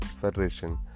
Federation